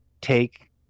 take